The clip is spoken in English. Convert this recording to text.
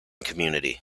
community